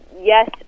yes